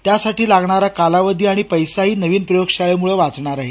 त्यासाठी लागणारा कालावधी आणि पैसाही नवीन प्रयोगशाळेमुळे वाचणार आहे